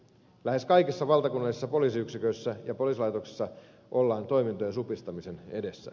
lähes kaikissa valtakunnallisissa poliisiyksiköissä ja poliisilaitoksissa ollaan toimintojen supistamisen edessä